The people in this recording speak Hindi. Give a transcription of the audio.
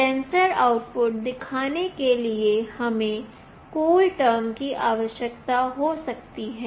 सेंसर आउटपुट देखने के लिए हमें कूल टर्म की आवश्यकता हो सकती है